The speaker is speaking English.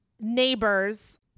neighbors